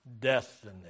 destiny